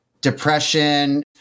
depression